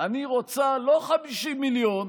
אני רוצה לא 50 מיליון,